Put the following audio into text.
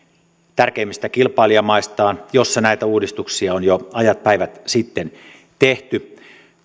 tärkeimmistä kilpailijamaistaan joissa näitä uudistuksia on jo ajat päivät sitten tehty